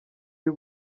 y’u